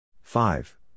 five